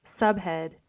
subhead